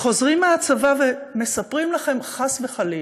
חוזרים מהצבא ומספרים לכם, חס וחלילה,